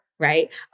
Right